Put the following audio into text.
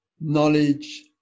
knowledge